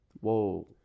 Whoa